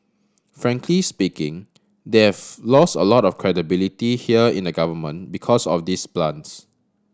frankly speaking they have lost a lot of credibility here in the government because of these plants